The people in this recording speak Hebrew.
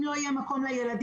אם לא יהיה מקום לילדים,